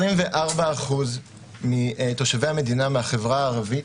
24% מתושבי המדינה, מהחברה הערבית,